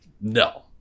No